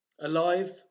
Alive